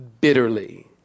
bitterly